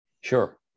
sure